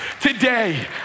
today